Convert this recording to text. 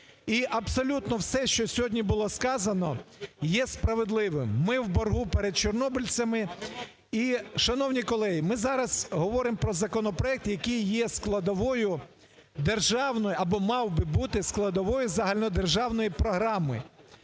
І абсолютно все, що сьогодні було сказано, є справедливим. Ми в боргу перед чорнобильцями. І, шановні колеги, ми зараз говоримо про законопроект, який є складовою державної або мав би бути складовою загальнодержавної програми.